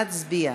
נא להצביע.